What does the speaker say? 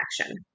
action